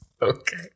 Okay